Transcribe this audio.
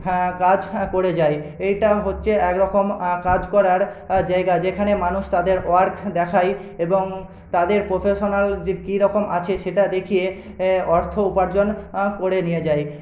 হ্যাঁ কাজ হ্যাঁ করে যায় এটা হচ্ছে এক রকম কাজ করার জায়গা যেখানে মানুষ তাদের ওয়ার্ক দেখায় এবং তাদের প্রফেশানাল যে কীরকম আছে সেটা দেখিয়ে অর্থ উপার্জন করে নিয়ে যায়